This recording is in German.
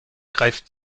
greifen